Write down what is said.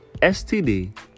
STD